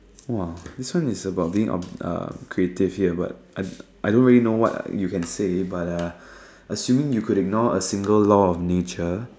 !wow! this one is about being creative here but I don't really know what you can say buy a assuming you can ignore a single law of nature